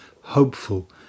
hopeful